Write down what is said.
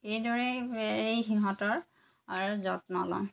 এইদৰেই সিহঁতৰ আৰু যত্ন লওঁ